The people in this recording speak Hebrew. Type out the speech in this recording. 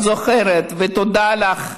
את זוכרת, ותודה לך,